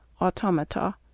automata